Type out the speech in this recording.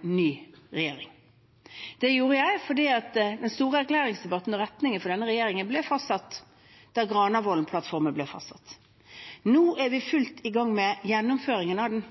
ny regjering. Det gjorde jeg fordi den store erklæringsdebatten og retningen for denne regjeringen ble fastsatt da Granavolden-plattformen ble fastsatt. Nå er vi i full gang med gjennomføringen av den,